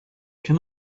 can